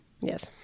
Yes